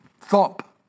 thump